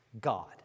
God